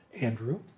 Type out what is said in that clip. Andrew